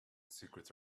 secrets